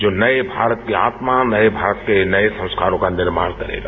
जो नये भारत की आत्मा नये भारत के नये संस्कारों का निर्माण करेगा